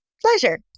Pleasure